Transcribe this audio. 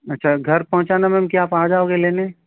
अच्छा घर पहुँचाना मैम क्या आप आ जाओगे लेने